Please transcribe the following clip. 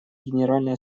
генеральной